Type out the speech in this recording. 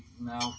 no